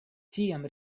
ĉiam